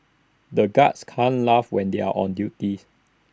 the guards can't laugh when they are on duty